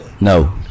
No